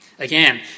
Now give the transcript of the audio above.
Again